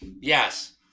Yes